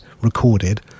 recorded